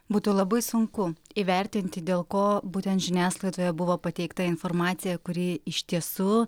būtų labai sunku įvertinti dėl ko būtent žiniasklaidoje buvo pateikta informacija kuri iš tiesų